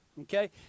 Okay